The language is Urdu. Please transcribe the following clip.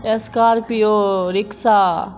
اسکارپیو رکشہ